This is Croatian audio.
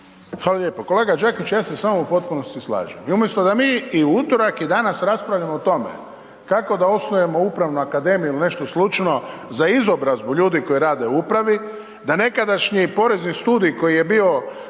Hvala lijepo. Kolega Đakić, ja se s vama u potpunosti slažem i umjesto da mi i utorak i danas raspravljamo o tome kako da osnujemo upravnu akademiju ili nešto slično za izobrazbu ljudi koji rade u upravi, da nekadašnji porezni studij koji je bio